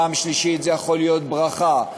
פעם שלישית זה יכול להיות ברכה,